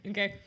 Okay